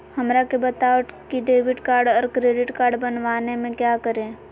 हमरा के बताओ की डेबिट कार्ड और क्रेडिट कार्ड बनवाने में क्या करें?